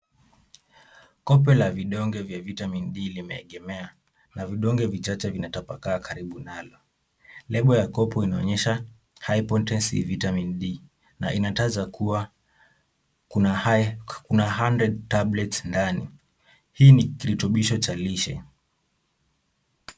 Kope la vidonge vya vitamin D limeegemea na vidonge vichache vinatapakaa karibu nalo. Lebo ya kopo inaonyesha high potency vitamin D na inataja kuwa kuna hundred tablets ndani. Hii ni kirutubisho cha lishe.